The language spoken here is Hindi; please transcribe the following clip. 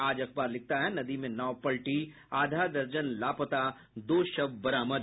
आज अखबार लिखता है नदी में नाव पलटी आधा दर्जन लापता दो शव बरामद